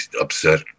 upset